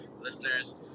listeners